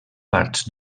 parts